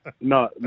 No